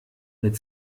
mit